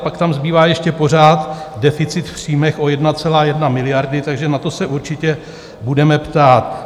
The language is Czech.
Pak tam ale zbývá ještě pořád deficit v příjmech o 1,1 miliardy, takže na to se určitě budeme ptát.